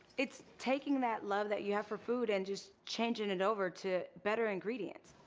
it's taking that love that you have for food and just changing it over to better ingredients.